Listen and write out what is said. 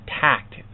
tact